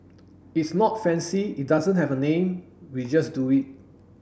it's not fancy it doesn't have a name we just do it